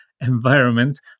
Environment